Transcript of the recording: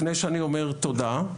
לפני שאני אומר תודה,